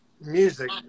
music